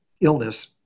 illness